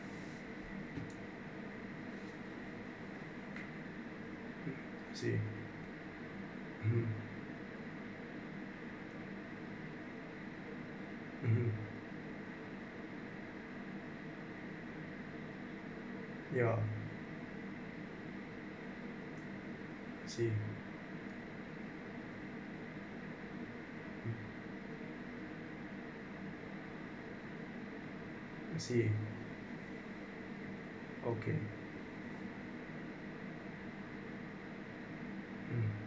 I see mm (uh huh) ya I see I see okay